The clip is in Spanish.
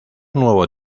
nuevo